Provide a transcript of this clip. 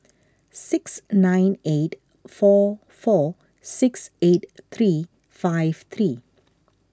six nine eight four four six eight three five three